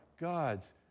God's